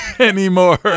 Anymore